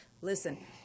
Listen